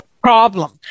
problem